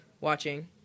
watching